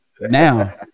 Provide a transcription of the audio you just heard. Now